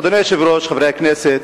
אדוני היושב-ראש, חברי הכנסת,